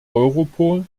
europol